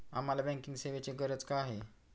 आम्हाला बँकिंग सेवेची गरज का आहे?